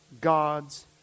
God's